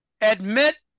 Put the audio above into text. Admit